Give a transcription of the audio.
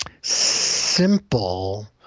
simple